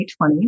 2020